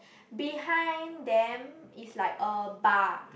behind them is like a bar